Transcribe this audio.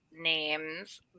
names